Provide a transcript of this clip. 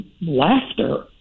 laughter